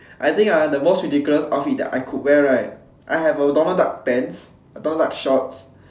I think ah the most ridiculous outfit that I could wear right I have a Donald duck pants a Donald duck shorts